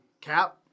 cap